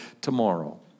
tomorrow